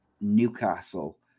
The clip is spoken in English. Newcastle